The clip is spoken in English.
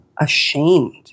ashamed